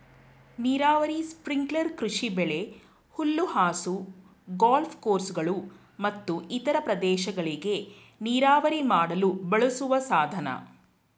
ನೀರಾವರಿ ಸ್ಪ್ರಿಂಕ್ಲರ್ ಕೃಷಿಬೆಳೆ ಹುಲ್ಲುಹಾಸು ಗಾಲ್ಫ್ ಕೋರ್ಸ್ಗಳು ಮತ್ತು ಇತರ ಪ್ರದೇಶಗಳಿಗೆ ನೀರಾವರಿ ಮಾಡಲು ಬಳಸುವ ಸಾಧನ